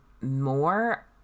more